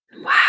Wow